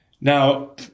Now